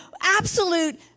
absolute